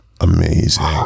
amazing